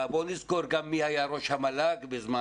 בואו גם נזכור מי היה ראש המל"ג בזמן